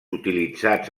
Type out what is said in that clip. utilitzats